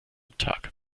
tag